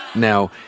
now,